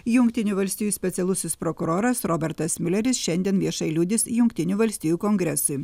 jungtinių valstijų specialusis prokuroras robertas miuleris šiandien viešai liudys jungtinių valstijų kongresui